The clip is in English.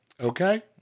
okay